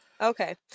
Okay